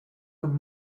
comme